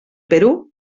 perú